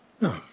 No